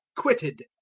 quitted.